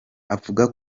avuga